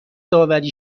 داوری